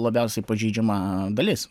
labiausiai pažeidžiama dalis